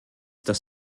dass